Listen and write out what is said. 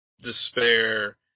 despair